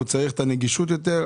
הוא צריך את הנגישות יותר,